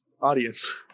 audience